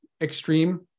extreme